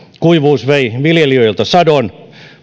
kuivuus vei viljelijöiltä sadon